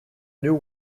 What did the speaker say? new